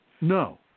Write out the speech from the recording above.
No